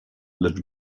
lecz